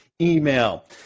email